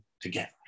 together